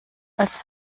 als